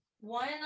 one